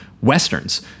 westerns